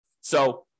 So-